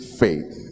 faith